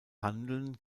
handeln